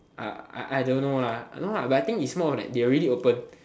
I I I don't know lah I think the thing is that they are already more open